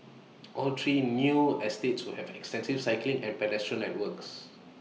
all three new estates will have extensive cycling and pedestrian networks